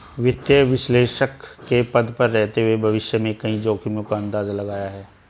वित्तीय विश्लेषक के पद पर रहते हुए भविष्य में कई जोखिमो का अंदाज़ा लगाया है